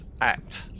act